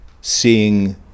seeing